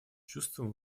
чувством